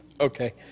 Okay